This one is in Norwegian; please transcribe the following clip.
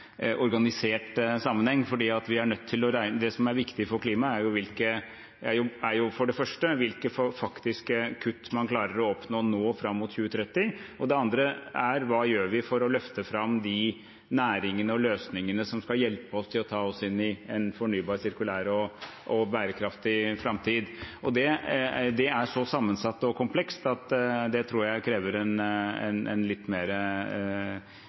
organisert sammenheng. Det som er viktig for klimaet, er for det første hvilke faktiske kutt man klarer å oppnå nå fram mot 2030, og det andre er hva vi gjør for å løfte fram de næringene og løsningene som skal hjelpe oss til å ta oss inn i en fornybar, sirkulær og bærekraftig framtid. Det er så sammensatt og komplekst at det tror jeg krever en